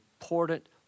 important